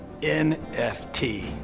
NFT